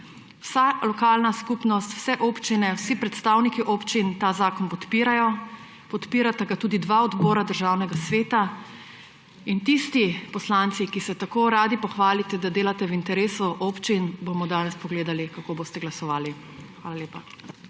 Vsa lokalna skupnost, vse občine, vsi predstavniki občin, ta zakon podpirajo. Podpirata ga tudi dva odbora Državnega sveta in tisti poslanci, ki se tako radi pohvalite, da delate v interesu občin, bomo danes pogledali, kako boste glasovali. Hvala lepa.